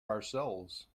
ourselves